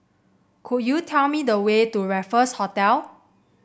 could you tell me the way to Raffles Hotel